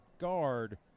guard